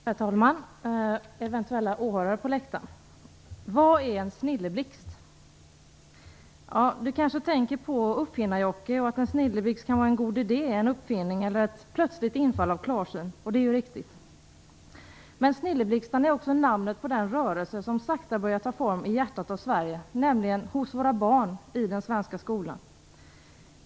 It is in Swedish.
Herr talman! Eventuella åhörare på läktaren! Vad är en snilleblixt? Du kanske tänker på Uppfinnar Jocke och säger att en snilleblixt är en god idé eller ett plötsligt infall av klarsyn, och det är riktigt. Men Snilleblixtarna är också namnet på den rörelse som sakta börjar ta form i hjärtat av Sverige, nämligen hos våra barn i den svenska skolan.